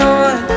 on